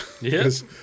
Yes